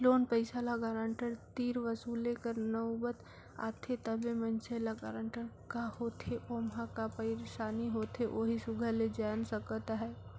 loan पइसा ल guarantor तीर वसूले कर नउबत आथे तबे मइनसे ल गारंटर का होथे ओम्हां का पइरसानी होथे ओही सुग्घर ले जाएन सकत अहे